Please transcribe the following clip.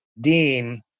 dean